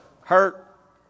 hurt